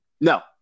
No